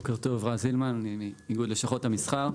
בוקר טוב, אני רן זילמן, מאיגוד לשכות המסחר.